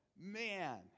Man